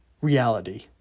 reality